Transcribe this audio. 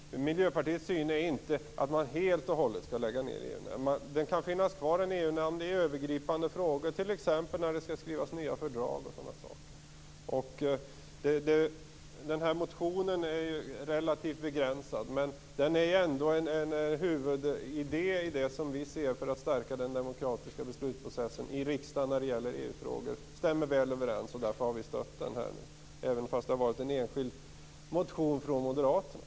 Miljöpartiets syn är inte att man helt och hållet skall lägga ned EU-nämnden. Det kan finnas kvar en EU-nämnd i övergripande frågor, t.ex. när det skall skrivas nya fördrag. Motionen är relativt begränsad, men den uttrycker ändå en huvudidé i det som vi ser för att stärka den demokratiska beslutsprocessen i riksdagen när det gäller EU-frågor. Den stämmer väl överens med vad vi tycker och därför har vi stött den, även om det är en enskild motion från moderaterna.